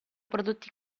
prodotti